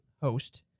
host